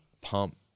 pump